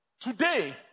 Today